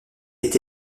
est